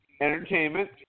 entertainment